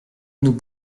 nous